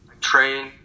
train